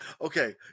Okay